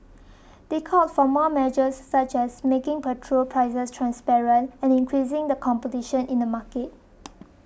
they called for more measures such as making petrol prices transparent and increasing the competition in the market